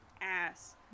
ass